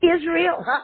Israel